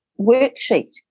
worksheet